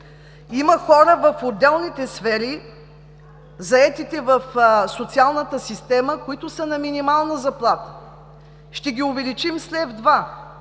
Има хора в отделните сфери – заетите в социалната система, които са на минимална заплата. Ще ги увеличим с лев-два,